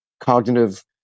cognitive